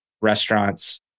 restaurants